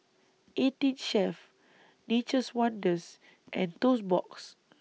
eighteen Chef Nature's Wonders and Toast Box